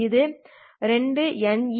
இது 2ηehν2No2B0Be Be22